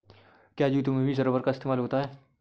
क्या जूतों में भी रबर का इस्तेमाल होता है?